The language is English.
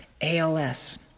ALS